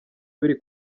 biri